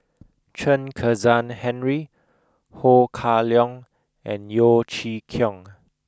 Chen Kezhan Henri Ho Kah Leong and Yeo Chee Kiong